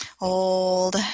Old